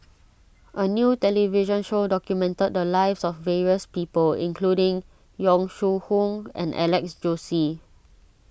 a new television show documented the lives of various people including Yong Shu Hoong and Alex Josey